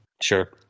Sure